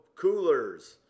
coolers